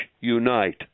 unite